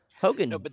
Hogan